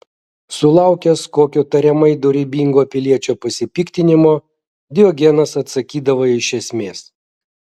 sulaukęs kokio tariamai dorybingo piliečio pasipiktinimo diogenas atsakydavo iš esmės